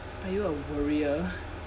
are you a worrier